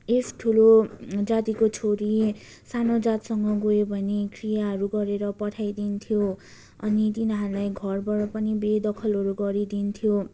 if ठुलो जातिको छोरी सानो जातसँग गयो भने क्रियाहरू गरेर पठाइदिन्थ्यो अनि तिनीहरूलाई घरबाट पनि बेदखलहरू गरिदिन्थ्यो